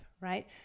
right